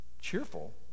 cheerful